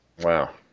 Wow